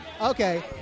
Okay